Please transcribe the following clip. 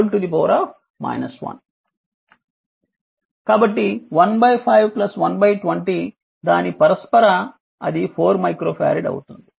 కాబట్టి 15 120 దాని పరస్పర అది 4 మైక్రో ఫారెడ్ అవుతుంది